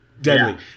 deadly